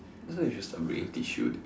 that's why you should start bringing tissue dude